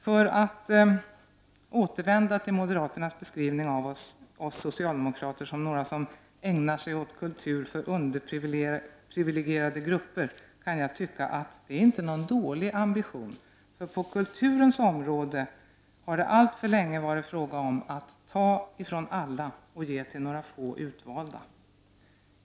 För att återvända till moderaternas beskrivning av oss socialdemokrater som några som ägnar sig åt kultur för underprivilegierade grupper kan jag tycka att det inte är någon dålig ambition, eftersom det på kulturens område alltför länge har varit fråga om att ta från alla och ge till några få utvalda.